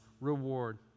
reward